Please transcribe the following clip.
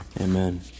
amen